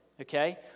okay